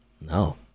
no